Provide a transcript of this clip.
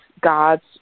God's